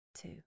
two